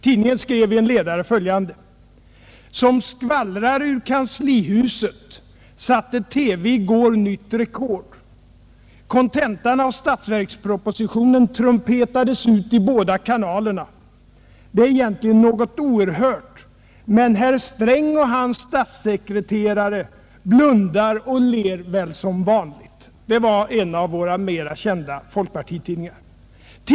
Tidningen skrev i en ledare följande: ”Som skvallrare ur kanslihuset satte TV i går nytt rekord: kontentan av statsverkspropositionen trumpetades ut i båda kanalerna. Det är egentligen något oerhört, men herr Sträng och hans statssekreterare blundar och ler väl som vanligt? ” Det var en av våra mera kända folkpartitidningar som skrev detta.